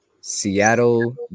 Seattle